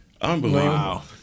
Unbelievable